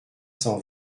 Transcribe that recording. cent